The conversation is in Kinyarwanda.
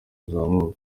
uzamuka